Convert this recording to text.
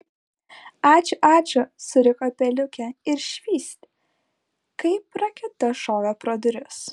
ačiū ačiū suriko peliukė ir švyst kaip raketa šovė pro duris